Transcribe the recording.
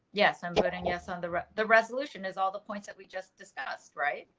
yes, i'm good. and yes, on the the resolution is all the points that we just discussed. right?